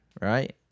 right